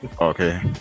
Okay